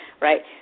right